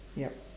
yup